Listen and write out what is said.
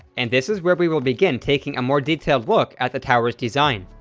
and this is where we will begin taking a more detailed look at the tower's design.